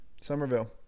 Somerville